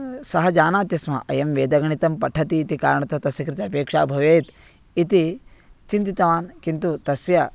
सः जानाति स्म अयं वेदगणितं पठतीति कारणतः तस्य कृते अपेक्षा भवेत् इति चिन्तितवान् किन्तु तस्य